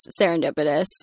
serendipitous